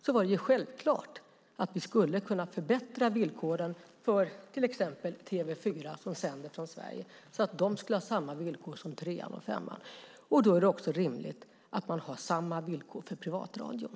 Det var självklart att vi skulle förbättra villkoren för till exempel TV4 som sänder från Sverige så att de fick samma villkor som TV3 och Kanal 5. Det är rimligt att man har samma villkor också för privatradion.